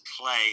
play